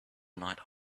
night